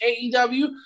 AEW